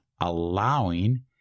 allowing